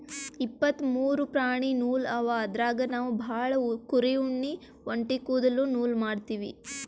ಇಪ್ಪತ್ತ್ ಮೂರು ಪ್ರಾಣಿ ನೂಲ್ ಅವ ಅದ್ರಾಗ್ ನಾವ್ ಭಾಳ್ ಕುರಿ ಉಣ್ಣಿ ಒಂಟಿ ಕುದಲ್ದು ನೂಲ್ ಮಾಡ್ತೀವಿ